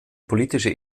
politische